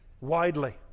widely